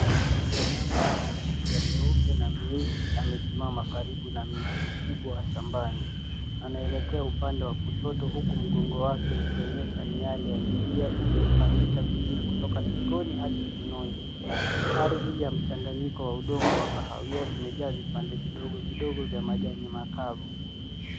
Mnyama mwenye milia meupe na meusi amesimama karibu na mji mkubwa wa shambani anaelekea upande wa kushoto huku mgongo wake ukionyesha miale ya milia iliyopangika vizuri kutoka shingoni hadi kiunoni ardhi ya mchanganyiko wa udongo wa kahawia imejaa vipande vidogo vidogo vya majani makavu.